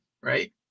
right